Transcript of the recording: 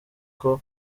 echo